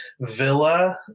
villa